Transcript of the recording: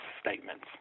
statements